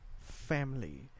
family